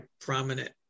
prominent